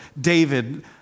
David